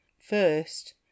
First